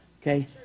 okay